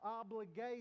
obligation